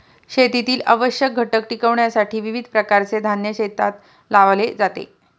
शेतीतील आवश्यक घटक टिकविण्यासाठी विविध प्रकारचे धान्य शेतात लावले जाते